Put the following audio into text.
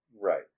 Right